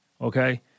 okay